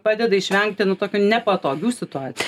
padeda išvengti nu tokių nepatogių situacijų